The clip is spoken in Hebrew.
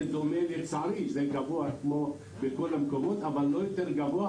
לצערי זה קבוע בכל המקומות אבל לא יותר גבוה,